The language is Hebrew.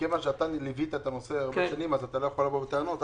אתה ליווית את הנושא הרבה שנים ואתה לא יכול לבוא בטענות.